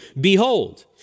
Behold